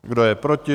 Kdo je proti?